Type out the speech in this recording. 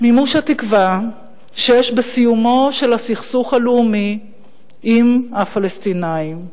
מימוש התקווה שיש בסיומו של הסכסוך הלאומי עם הפלסטינים.